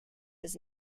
was